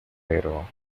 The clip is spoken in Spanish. pero